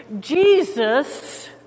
Jesus